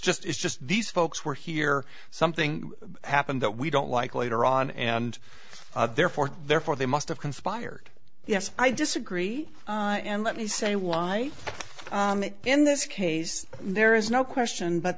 just it's just these folks were here something happened that we don't like later on and therefore therefore they must have conspired yes i disagree and let me say why in this case there is no question but